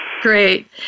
Great